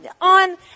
on